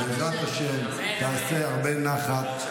בעזרת השם, תעשה הרבה נחת.